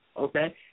Okay